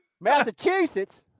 Massachusetts